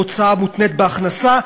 הוצאה מותנית בהכנסה,